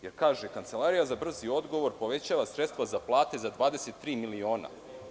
Jer kaže – kancelarija za brzi odgovor povećava sredstva za plate za 23 miliona.